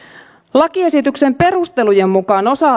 lakiesityksen perustelujen mukaan osa